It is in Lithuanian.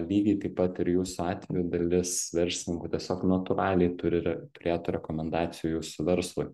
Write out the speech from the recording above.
lygiai taip pat ir jūsų atveju dalis verslininkų tiesiog natūraliai turi re turėt rekomendacijų jūsų verslui